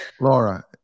Laura